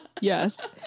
Yes